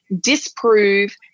disprove